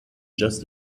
just